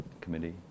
committee